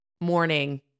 morning